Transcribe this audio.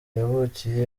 yavukiye